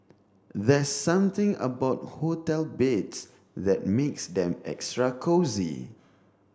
there's something about hotel beds that makes them extra cosy